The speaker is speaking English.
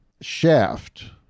Shaft